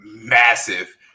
massive